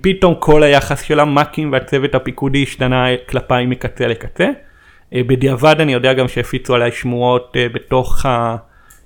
פתאום כל היחס של המכים והצוות הפיקודי השתנה כלפיי מקצה לקצה בדיעבד אני יודע גם שהפיצו עליי שמועות בתוך